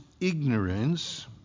ignorance